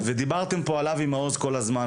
דיברתם פה על אבי מעוז כל הזמן,